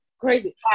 crazy